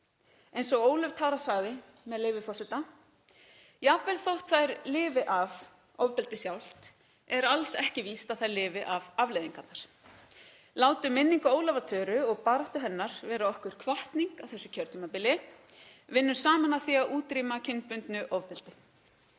Eins og Ólöf Tara sagði, með leyfi forseta: „Jafnvel þótt þær lifi af ofbeldið sjálft er alls ekki víst að þær lifi af afleiðingarnar.“ Látum minningu Ólafar Töru og baráttu hennar vera okkur hvatning á þessu kjörtímabili. Vinnum saman að því að útrýma kynbundnu ofbeldi.